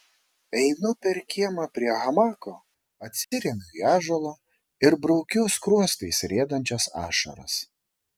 einu per kiemą prie hamako atsiremiu į ąžuolą ir braukiu skruostais riedančias ašaras